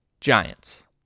Giants